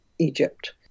egypt